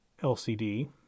LCD